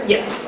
Yes